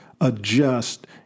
adjust